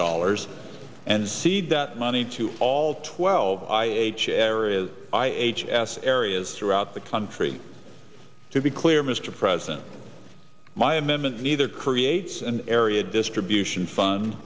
dollars and seed that money to all twelve i a chair is i h s areas throughout the country to be clear mr president my amendment neither creates an area distribution fun